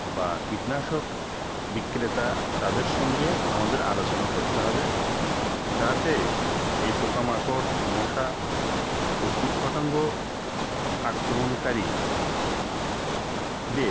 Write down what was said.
বা কীটনাশক বিক্রেতা তাদের সঙ্গে আমাদের আলোচনা করতে হবে যাতে এই পোকামাকড় মশা ও কীটপতঙ্গ আক্রমণকারীদের